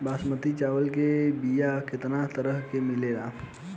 बासमती चावल के बीया केतना तरह के मिलेला?